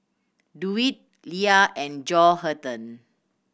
Dewitt Leia and Johathan